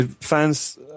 Fans